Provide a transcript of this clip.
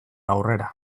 aurrera